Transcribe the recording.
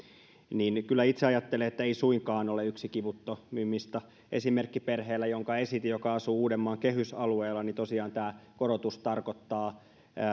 mutta kyllä itse ajattelen että se ei suinkaan ole yksi kivuttomimmista esimerkkiperheellä jonka esitin joka asuu uudenmaan kehysalueella tosiaan tämä korotus tarkoittaa